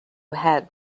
had